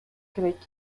керек